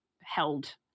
held